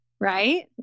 right